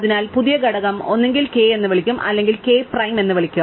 അതിനാൽ പുതിയ ഘടകം ഒന്നുകിൽ k എന്ന് വിളിക്കും അല്ലെങ്കിൽ k പ്രൈം എന്ന് വിളിക്കും